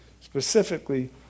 Specifically